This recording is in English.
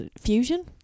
fusion